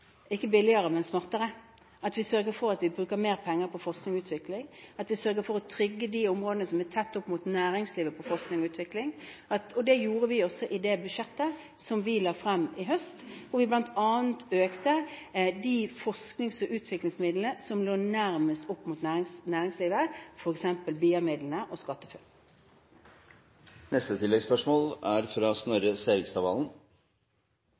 billigere, men smartere, at vi sørger for at vi bruker mer penger på forskning og utvikling, og at vi sørger for å trygge de områdene som er tett opp mot næringslivet, når det gjelder forskning og utvikling. Det gjorde vi i det budsjettet som vi la frem i høst, hvor vi bl.a. økte de forsknings- og utviklingsmidlene som lå nærmest opp mot næringslivet, f.eks. BU-midlene og SkatteFUNN. Snorre Serigstad Valen – til oppfølgingsspørsmål. Vi er